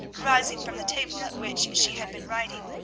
rising from the table at which she had been writing.